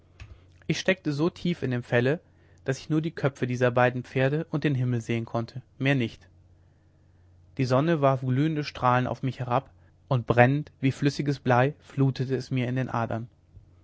ich steckte so tief in dem felle daß ich nur die köpfe dieser beiden pferde und den himmel sehen konnte mehr nicht die sonne warf glühende strahlen auf mich herab und brennend wie flüssiges blei flutete es mir in den adern